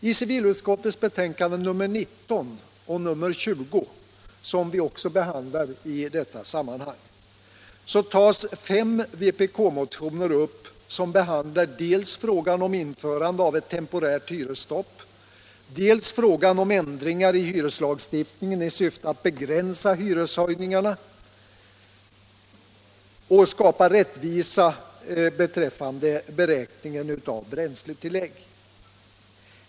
I civilutskottets betänkanden nr 19 och 20 tas fem vpk-motioner upp som behandlar dels frågan om införande av hyresstopp, dels frågan om ändringar i hyreslagstiftningen i syfte att begränsa hyreshöjningarna och skapa rättvisa beträffande beräkningen av bränsletillägg.